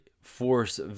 force